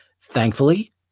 Thankfully